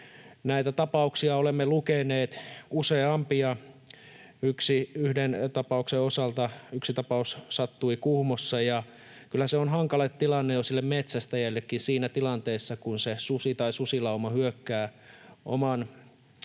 Näitä tapauksia olemme lukeneet useampia. Yksi tapaus sattui Kuhmossa, ja kyllä se on hankala tilanne jo sille metsästäjällekin siinä tilanteessa, kun se susi tai susilauma hyökkää oman